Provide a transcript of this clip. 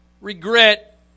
Regret